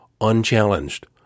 unchallenged